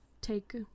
take